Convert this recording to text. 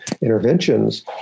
interventions